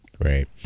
Great